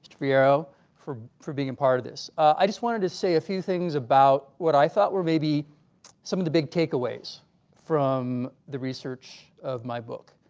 ferriero for for being a part of this. i just wanted to say a few things about what i thought were maybe some of the big takeaways from the research of my book.